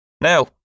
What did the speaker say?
Now